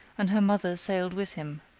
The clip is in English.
and her mother sailed with him.